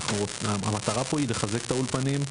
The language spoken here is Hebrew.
המטרה היא לחזק את האולפנים,